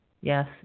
Yes